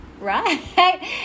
right